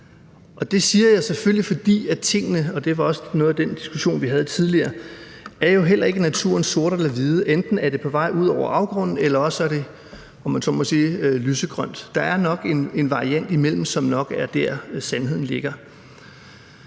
Og det siger jeg selvfølgelig, fordi tingene – og det var også noget af det, vi diskuterede tidligere – jo heller ikke i naturen er sorte eller hvide, altså, at det enten er på vej ud over afgrunden, eller, om man så må sige, er lysegrønt. Der er nok en variant imellem de to, og det er nok der, sandheden ligger.